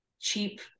cheap